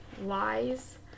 lies